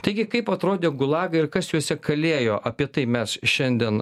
taigi kaip atrodė gulagai ir kas juose kalėjo apie tai mes šiandien